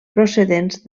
procedents